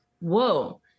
whoa